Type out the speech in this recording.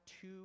two